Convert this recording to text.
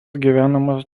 gyvenamas